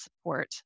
support